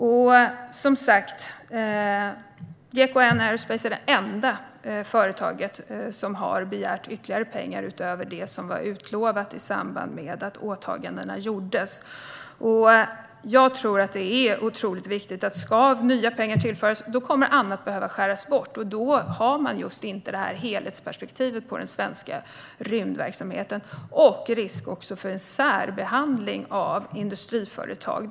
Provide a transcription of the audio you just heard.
GKN Aerospace är, som sagt, det enda företag som har begärt pengar utöver summan som var utlovad i samband med att åtagandena gjordes. Om nya pengar ska tillföras kommer annat att behöva skäras bort, och då har man inget helhetsperspektiv på den svenska rymdverksamheten. Det finns också risk för särbehandling av industriföretag.